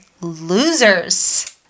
losers